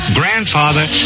grandfather